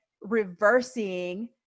reversing